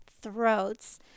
throats